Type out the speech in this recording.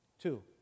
Two